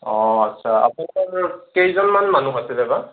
অ' আচ্ছা আপোনালোক কেইজনমান মানুহ আছিল বা